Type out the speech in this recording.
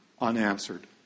unanswered